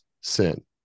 sin